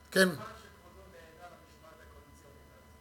אבל חבל שכבודו נענה למשמעת הקואליציונית.